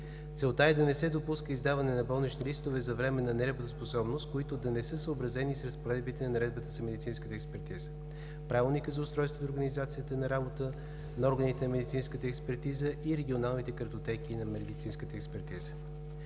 Целта е да не се допуска издаване на болнични листове за временна неработоспособност, които да не са съобразени с разпоредбите на Наредбата за медицинската експертиза, Правилника за устройството и организацията на работа на органите на медицинската експертиза и регионалните картотеки на медицинската експертиза.